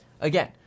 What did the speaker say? Again